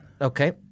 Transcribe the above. Okay